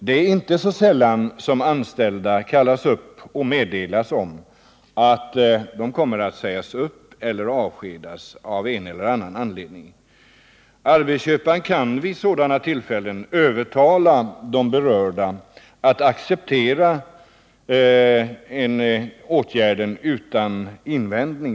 Det är inte så sällan som anställda kallas upp och meddelas att de av en eller annan anledning kommer att sägas upp eller avskedas. Arbetsköparen kan vid sådana tillfällen övertala de berörda att utan invändningar acceptera åtgärden.